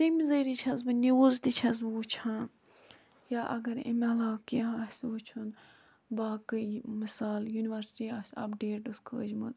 تٔمۍ ذٔریعہٕ چھَس بہٕ نِوٕز تہِ چھَس بہٕ وٕچھان یا اگر امہِ علاوٕ کیٚنٛہہ آسہِ وٕچھُن باقٕے مِثال یُنورسِٹی آسہِ اَپڈیٚٹٕس کھٲجمٕت